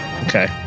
Okay